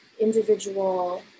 individual